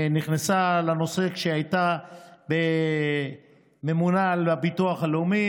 נכנסה לנושא כשהייתה ממונה על הביטוח הלאומי